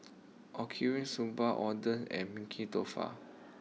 Okinawa Soba Oden and